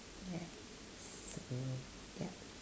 um yup